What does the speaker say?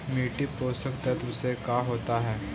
मिट्टी पोषक तत्त्व से का होता है?